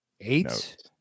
eight